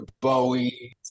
Bowie